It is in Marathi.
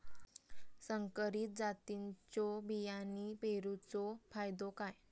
संकरित जातींच्यो बियाणी पेरूचो फायदो काय?